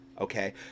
okay